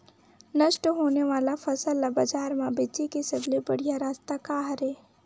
नष्ट होने वाला फसल ला बाजार मा बेचे के सबले बढ़िया रास्ता का हरे?